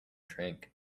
drink